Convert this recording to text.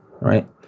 Right